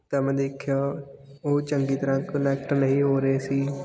ਤਾਂ ਮੈਂ ਦੇਖਿਆ ਉਹ ਚੰਗੀ ਤਰ੍ਹਾਂ ਕਨੈਕਟ ਨਹੀਂ ਹੋ ਰਹੇ ਸੀ